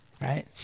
Right